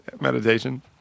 meditation